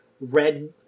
Red